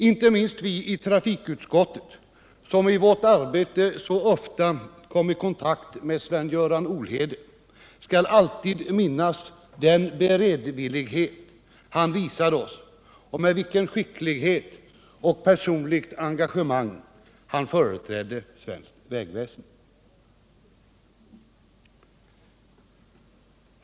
Inte minst vi i trafikutskottet, som i vårt arbete så ofta kom i kontakt med Sven-Göran Olhede, skall alltid minnas den beredvillighet han visade oss och med vilken skicklighet och personligt engagemang han företrädde svenskt vägväsende.